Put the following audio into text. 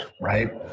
right